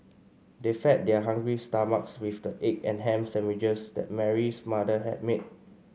they fed their hungry stomachs with the egg and ham sandwiches that Mary's mother had made